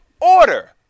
order